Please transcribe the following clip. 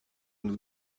nos